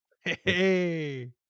Hey